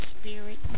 spirit